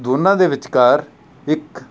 ਦੋਨਾਂ ਦੇ ਵਿਚਕਾਰ ਇੱਕ